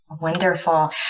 Wonderful